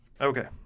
Okay